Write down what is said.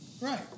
right